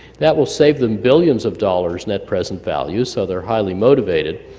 that will save them billions of dollars net present value, so they're highly motivated.